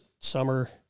summer